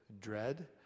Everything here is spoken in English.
dread